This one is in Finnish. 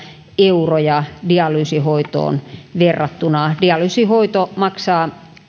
euroja dialyysihoitoon verrattuna dialyysihoito maksaa